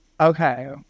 okay